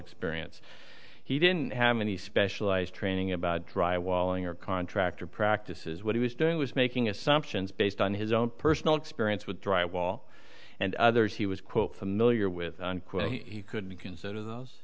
experience he didn't have any specialized training about drywalling or contractor practices what he was doing was making assumptions based on his own personal experience with drywall and others he was quote familiar with unquote he could consider those